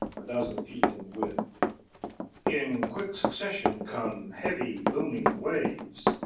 a dozen feet in width in quick succession come heavy, booming waves,